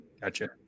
Gotcha